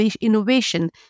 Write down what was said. innovation